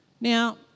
Now